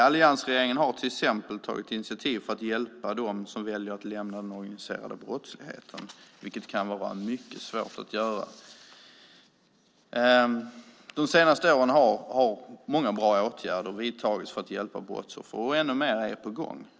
Alliansregeringen har till exempel tagit initiativ till att hjälpa dem som väljer att lämna den organiserade brottsligheten, vilket kan vara mycket svårt att göra. De senaste åren har många bra åtgärder vidtagits för att hjälpa brottsoffer, och ännu mer är på gång.